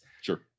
Sure